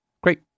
Great